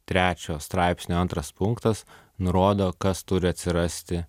trečio straipsnio antras punktas nurodo kas turi atsirasti